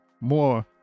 more